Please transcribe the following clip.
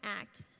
act